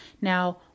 Now